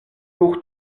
pour